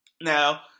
Now